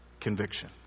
Conviction